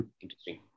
Interesting